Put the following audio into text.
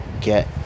get